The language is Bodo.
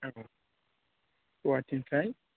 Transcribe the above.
औ गुवाहाटीनिफ्राय